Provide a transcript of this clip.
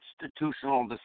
constitutional